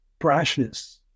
brashness